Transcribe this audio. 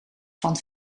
van